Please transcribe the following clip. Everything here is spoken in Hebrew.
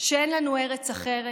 שאין לנו ארץ אחרת,